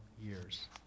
years